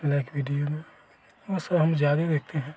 like video में वो सब हम ज्यादे देखते हैं